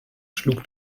schlug